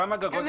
כנראה,